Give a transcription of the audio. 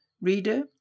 Reader